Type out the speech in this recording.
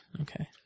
Okay